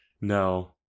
no